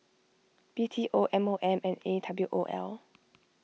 B T O M O M and A W O L